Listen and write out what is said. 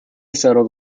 settled